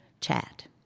chat